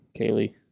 Kaylee